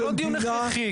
זה לא דיון הכרחי,